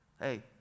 Hey